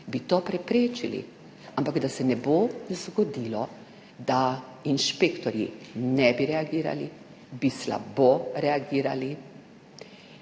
bi to preprečili, ampak da se ne bo zgodilo, da inšpektorji ne bi reagirali, bi slabo reagirali,